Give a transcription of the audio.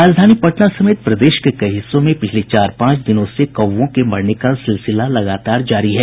राजधानी पटना समेत प्रदेश के कई हिस्सों में पिछले चार पांच दिनों से कौवों के मरने का सिलसिला लगातार जारी है